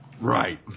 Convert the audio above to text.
Right